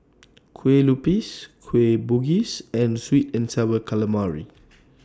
Kue Lupis Kueh Bugis and Sweet and Sour Calamari